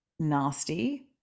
nasty